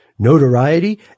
Notoriety